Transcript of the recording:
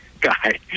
guy